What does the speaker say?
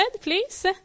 please